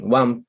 one